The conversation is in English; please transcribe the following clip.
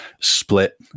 split